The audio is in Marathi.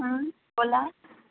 हं बोला